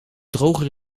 droger